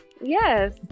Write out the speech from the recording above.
yes